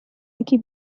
یکی